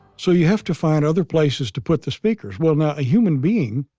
so you have to find other places to put the speakers. well now, a human being,